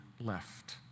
left